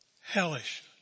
Hellish